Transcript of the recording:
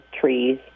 trees